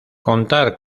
contar